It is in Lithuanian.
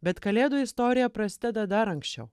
bet kalėdų istorija prasideda dar anksčiau